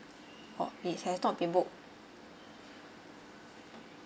oh it has not been booked